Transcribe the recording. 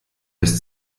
ist